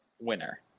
winner